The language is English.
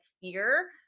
fear